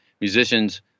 musicians